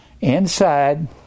inside